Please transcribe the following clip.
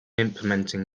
implementing